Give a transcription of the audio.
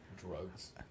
Drugs